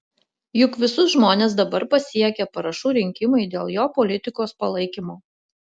juk visus žmones dabar pasiekia parašų rinkimai dėl jo politikos palaikymo